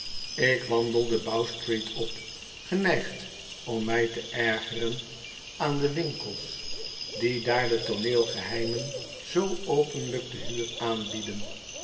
ik wandelde bowsfcreet op geneigd om mij te ergeren aan de winkels die daar de tooneelgeheimen zoo openlijk te huur